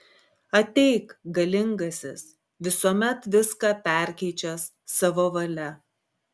ateik galingasis visuomet viską perkeičiąs savo valia